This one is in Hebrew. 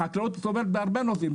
החקלאות סובב בהרבה נושאים,